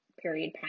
period